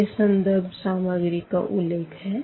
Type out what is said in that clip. यह संदर्भ सामग्री का उल्लेख है